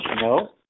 No